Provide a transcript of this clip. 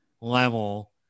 level